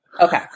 Okay